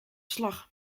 slag